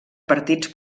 partits